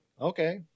Okay